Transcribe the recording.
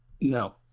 No